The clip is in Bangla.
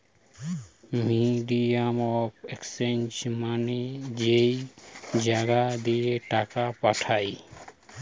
মিডিয়াম অফ এক্সচেঞ্জ মানে যেই জাগা দিয়ে টাকা পাঠায়